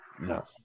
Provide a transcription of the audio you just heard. No